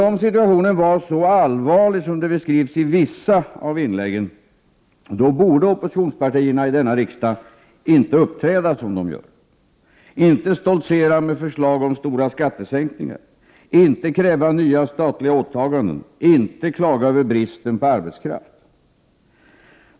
Om situationen var så allvarlig som den beskrivs i vissa av inläggen, borde oppositionspartierna i denna fråga inte uppträda som de gör, inte stoltsera med förslag om stora skattesänkningar, inte kräva nya statliga åtaganden, inte klaga över bristen på arbetskraft.